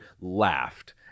laughed